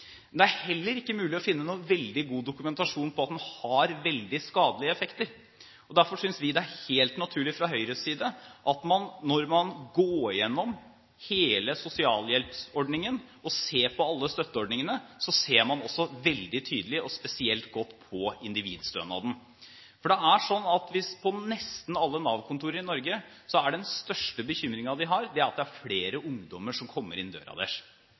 Det er heller ikke mulig å finne noen veldig god dokumentasjon på at den har veldig skadelige effekter. Derfor synes vi det er helt naturlig fra Høyres side at man, når man går igjennom hele sosialhjelpsordningen og ser på alle støtteordningene, også ser veldig tydelig og spesielt godt på individstønaden. For det er sånn at på nesten alle Nav-kontorer i Norge er den største bekymringen de har, at det er flere ungdommer som kommer inn